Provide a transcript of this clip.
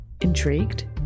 Intrigued